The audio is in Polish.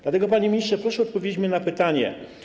Dlatego, panie ministrze, proszę odpowiedzieć mi na pytanie: